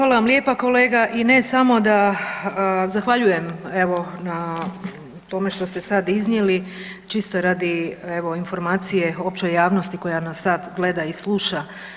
Hvala vam lijepa kolega i ne samo da, zahvaljujem evo na tome što ste sad iznijeli čisto radi evo informacije općoj javnosti koja nas sad gleda i sluša.